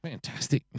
Fantastic